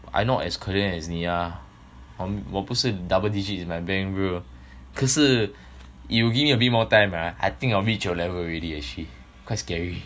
I not as 可怜 as 你 ah 我不是你 double digit in my bank bro 可是 you give me a bit more time ah I think I'll reach your level already actually quite scary